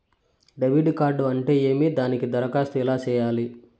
debit card అంటే ఏమి దానికి దరఖాస్తు ఎలా సేయాలి